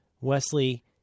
wesley